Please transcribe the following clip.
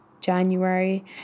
January